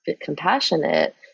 compassionate